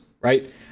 Right